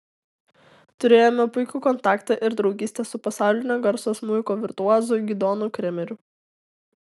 turėjome puikų kontaktą ir draugystę su pasaulinio garso smuiko virtuozu gidonu kremeriu